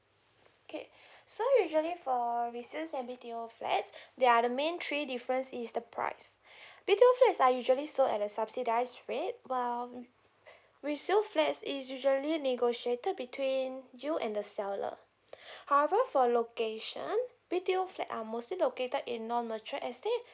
okay so usually for resale and B_T_O flat there are the main three difference is the price B_T_O flats are usually sale at the subsidised rate while resale flats is usually negotiated between you and the seller however for location B_T_O flat are mostly located in non mature estate